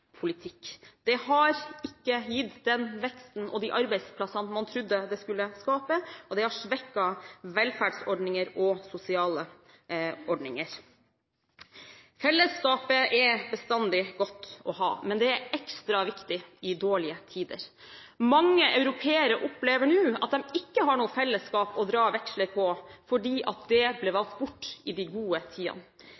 Det har ikke gitt den veksten og de arbeidsplassene man trodde det skulle gi, og det har svekket velferdsordninger og sosiale ordninger. Fellesskapet er bestandig godt å ha, men det er ekstra viktig i dårlige tider. Mange europeere opplever nå at de ikke har noe fellesskap å dra veksler på, fordi det